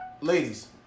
ladies